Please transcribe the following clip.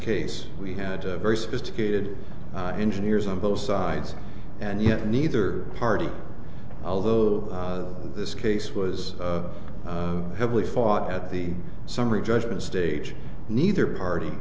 case we had a very sophisticated engineers on both sides and yet neither party although this case was heavily fought at the summary judgment stage neither party